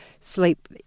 sleep